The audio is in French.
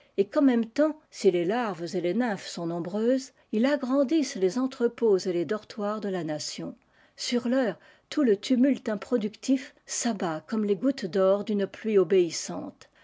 et qu'en même temps si les larves et les nymphes sont nombreuses il agrandisse les entrepôts et les dortoirs de la nation siir l'heure tout le tumulte improductif s'abat comme les gouttes d'or d'une pluie obéissante